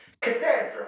Cassandra